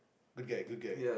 good guy good guy